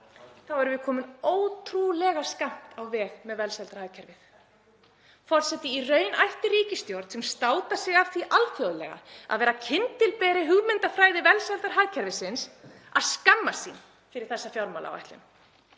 erum við komin ótrúlega skammt á veg með velsældarhagkerfið. Forseti. Í raun ætti ríkisstjórn sem státar sig af því alþjóðlega að vera kyndilberi hugmyndafræði velsældarhagkerfisins að skammast sín fyrir þessa fjármálaáætlun.